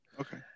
Okay